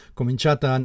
cominciata